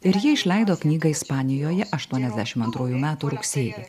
ir ji išleido knygą ispanijoje aštuoniasdešimt antrųjų metų rugsėjį